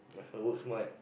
my fella work smart